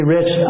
Rich